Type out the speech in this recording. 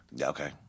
Okay